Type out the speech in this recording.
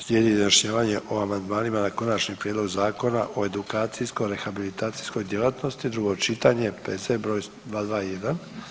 Slijedi izjašnjavanje o amandmanima na Konačni prijedlog Zakona o edukacijsko-rehabilizacijskoj djelatnosti, drugo čitanje, P.Z. br. 221.